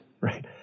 Right